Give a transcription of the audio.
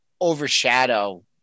overshadow